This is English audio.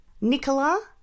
Nicola